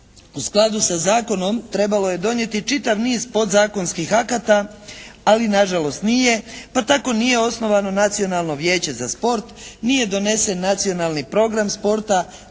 u skladu sa zakonom trebalo je donijeti čitav niz podzakonskih akata ali nažalost nije, pa tako nije osnovano Nacionalno vijeće za sport, nije donesen Nacionalni program sporta,